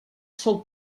sol